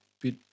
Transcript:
bit